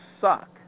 suck